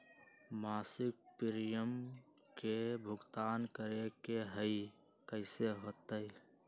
मासिक प्रीमियम के भुगतान करे के हई कैसे होतई?